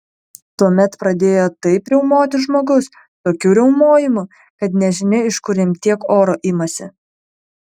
tuomet pradėjo taip riaumoti žmogus tokiu riaumojimu kad nežinia iš kur jam tiek oro imasi